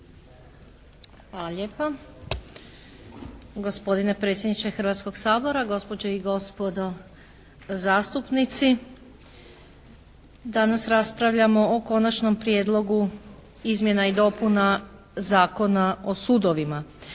Ana (HDZ)** Gospodine predsjedniče Hrvatskog sabora, gospođe i gospodo zastupnici. Danas raspravljamo o Konačnom prijedlogu izmjena i dopuna Zakona o sudovima.